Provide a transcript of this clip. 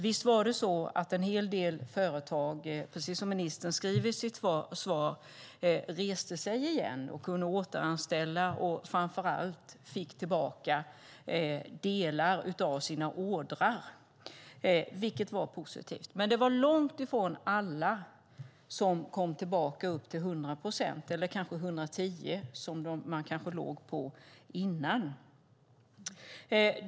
Visst var det också så att en hel del företag, precis som ministern skriver i sitt svar, reste sig igen och kunde återanställa. Framför allt fick de tillbaka delar av sina ordrar, vilket var positivt. Men det var långt ifrån alla som kom tillbaka upp till 100 procent, eller 110 som man kanske låg på innan.